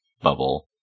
bubble